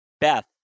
Beth